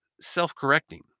self-correcting